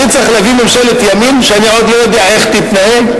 אני צריך להביא ממשלת ימין שאני לא יודע איך תתנהל?